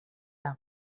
dago